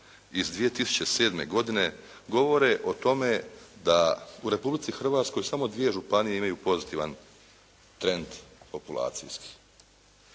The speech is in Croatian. iz 2007. godine govore o tome da u Republici Hrvatskoj samo dvije županije pozitivan trend populacijski.